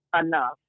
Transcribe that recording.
enough